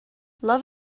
love